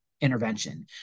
intervention